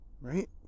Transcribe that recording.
Right